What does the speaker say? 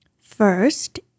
first